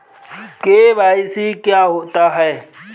KYC क्या होता है?